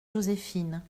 joséphine